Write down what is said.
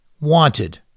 wanted